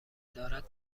دارد